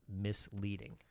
misleading